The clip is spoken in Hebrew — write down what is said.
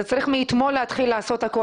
אתה צריך להתחיל לעשות מאתמול.